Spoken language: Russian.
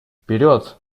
вперед